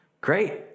great